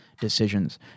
decisions